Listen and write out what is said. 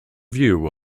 view